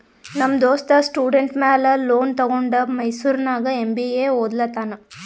ನಮ್ ದೋಸ್ತ ಸ್ಟೂಡೆಂಟ್ ಮ್ಯಾಲ ಲೋನ್ ತಗೊಂಡ ಮೈಸೂರ್ನಾಗ್ ಎಂ.ಬಿ.ಎ ಒದ್ಲತಾನ್